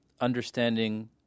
understanding